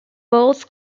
bowls